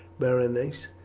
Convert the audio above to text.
berenice.